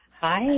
Hi